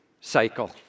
cycle